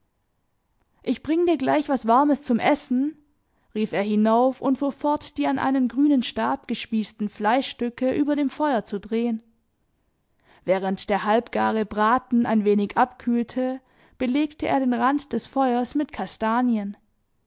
ich bring dir gleich was warmes zum essen rief er hinauf und fuhr fort die an einen grünen stab gespießten fleischstücke über dem feuer zu drehen während der halbgare braten ein wenig abkühlte belegte er den rand des feuers mit kastanien